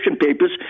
papers